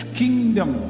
kingdom